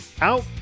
Out